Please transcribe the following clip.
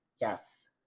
Yes